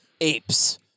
Apes